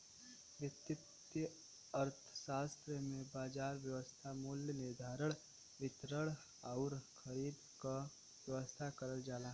वित्तीय अर्थशास्त्र में बाजार व्यवस्था मूल्य निर्धारण, वितरण आउर खरीद क व्यवस्था करल जाला